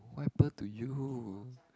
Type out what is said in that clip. what happened to you